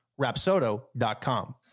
rapsodo.com